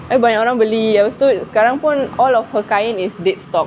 abeh banyak orang beli habis tu sekarang all of her kain is dead stock